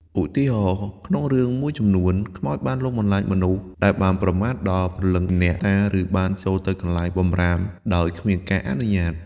ឧទាហរណ៍ ក្នុងរឿងមួយចំនួន ខ្មោចបានលងបន្លាចមនុស្សដែលបានប្រមាថដល់ព្រលឹងអ្នកតា ឬបានចូលទៅកន្លែងបម្រាមដោយគ្មានការអនុញ្ញាត។